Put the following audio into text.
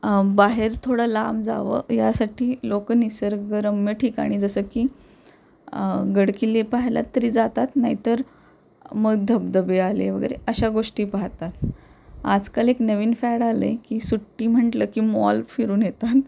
बाहेर थोडं लांब जावं यासाठी लोक निसर्गरम्य ठिकाणी जसं की गड किल्ले पाहायला तरी जातात नाही तर मग धबधबे आले वगैरे अशा गोष्टी पाहतात आजकाल एक नवीन फॅड आले आहे की सुट्टी म्हटलं की मॉल फिरून येतात